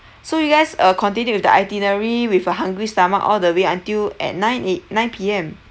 so you guys uh continued with the itinerary with a hungry stomach all the way until at nine A nine P_M